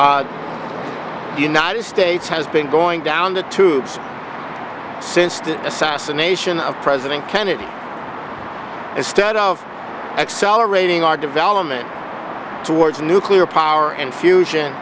the united states has been going down the tubes since the assassination of president kennedy and stead of accelerating our development towards nuclear power and fusion